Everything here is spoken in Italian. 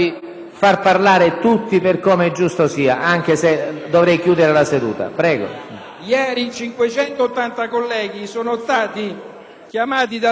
Ieri in 580 sono stati chiamati dal tribunale e per loro tutti il pensiero era il dispiacere nei confronti dei passeggeri